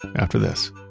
after this